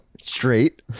straight